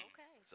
Okay